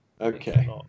Okay